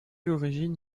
l’origine